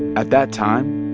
at that time,